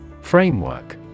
Framework